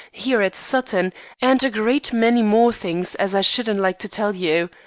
here at sutton and a great many more things as i shouldn't like to tell you.